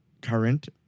current